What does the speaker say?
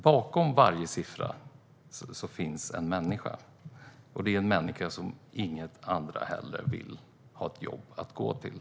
Bakom varje siffra finns en människa, och det är en människa som inget hellre vill än att ha ett jobb att gå till.